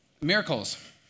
Miracles